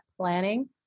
planning